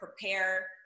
prepare